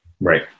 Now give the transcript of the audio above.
Right